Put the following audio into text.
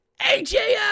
AJF